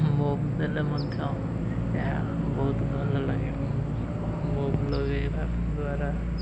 move ଦେଲେ ମଧ୍ୟ ଏହା ବହୁତ ଭଲ ଲାଗେ ମୁଭ୍ ଲଗାଇବା ଦ୍ୱାରା